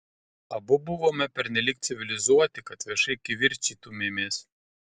abu buvome pernelyg civilizuoti kad viešai kivirčytumėmės